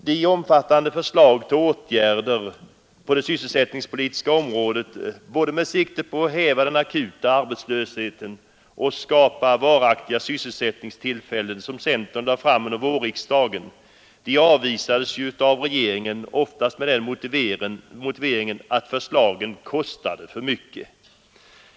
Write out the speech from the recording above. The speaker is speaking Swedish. De omfattande förslag till åtgärder på det sysselsättningspolitiska området, både med sikte på att häva den akuta arbetslösheten och att skapa varaktiga sysselsättningstillfällen som centern lade fram under vårriksdagen, avvisades av regeringen, ofta med den motiveringen att förslagen kostade för mycket.